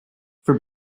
for